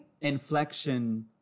inflection